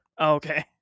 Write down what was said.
okay